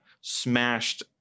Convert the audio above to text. smashed